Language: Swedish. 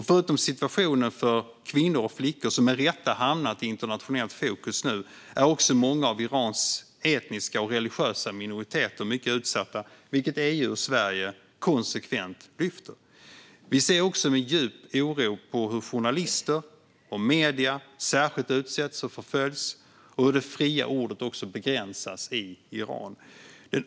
Förutom situationen för kvinnor och flickor, som med rätta har hamnat i internationellt fokus nu, är också många av Irans etniska och religiösa minoriteter mycket utsatta, vilket EU och Sverige konsekvent lyfter. Vi ser också med djup oro på hur journalister och medier särskilt utsätts och förföljs och hur det fria ordet också begränsas i Iran.